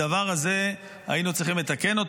את הדבר הזה היינו צריכים לתקן.